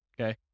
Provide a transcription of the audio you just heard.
okay